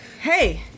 hey